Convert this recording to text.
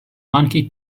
monkey